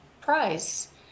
price